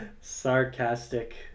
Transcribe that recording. Sarcastic